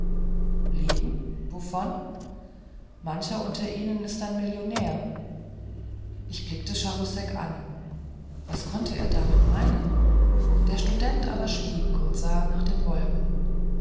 leben wovon mancher unter ihnen ist ein millionär ich blickte charousek an was konnte er damit meinen der student aber schwieg und sah nach den wolken